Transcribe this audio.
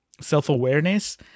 self-awareness